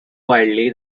wildly